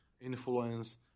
influence